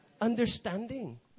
understanding